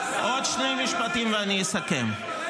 עוד שני משפטים, ואני אסכם.